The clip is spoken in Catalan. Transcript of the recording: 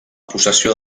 possessió